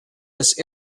this